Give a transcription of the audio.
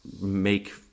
make